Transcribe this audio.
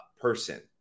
person